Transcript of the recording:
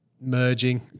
merging